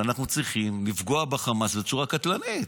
שאנחנו צריכים לפגוע בחמאס בצורה קטלנית.